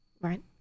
Right